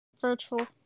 Virtual